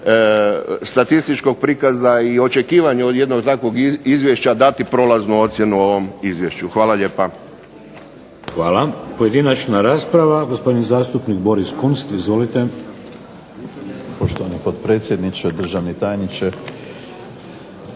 statističkog prikaza i očekivanja od jednog takvog izvješća dati prolaznu ocjenu ovom izvješću. Hvala lijepa. **Šeks, Vladimir (HDZ)** Hvala. Pojedinačna rasprava. Gospodin zastupnik Boris Kunst, izvolite. **Kunst, Boris (HDZ)** Poštovani potpredsjedniče, državni tajniče.